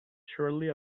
surely